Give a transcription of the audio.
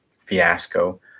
fiasco